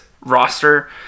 roster